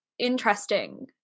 interesting